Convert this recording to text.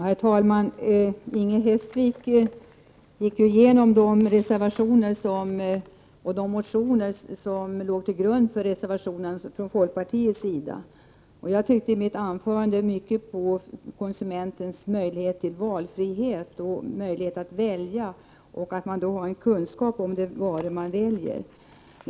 Herr talman! Inger Hestvik gick igenom de motioner som ligger till grund för reservationerna från folkpartiets sida. I mitt anförande betonade jag mycket konsumentens möjlighet till valfrihet och framhöll vikten av att konsumenten då har en kunskap om den vara han väljer.